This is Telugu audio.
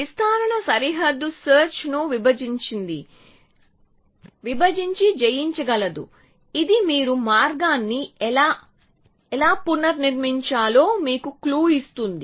విస్తరణ సరిహద్దు సేర్చ్ ను విభజించి జయించగలదు ఇది మీరు మార్గాన్ని ఎలా పునర్నిర్మించాలో మీకు క్లూ ఇస్తుంది